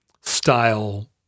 style